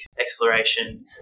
exploration